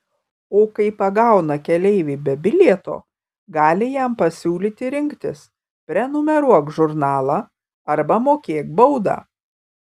o kai pagauna keleivį be bilieto gali jam pasiūlyti rinktis prenumeruok žurnalą arba mokėk baudą